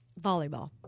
volleyball